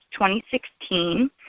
2016